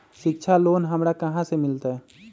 शिक्षा लोन हमरा कहाँ से मिलतै?